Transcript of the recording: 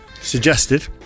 Suggested